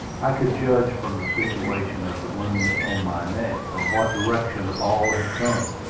i could judge from the situation of the wound on my neck from what direction the ball had come.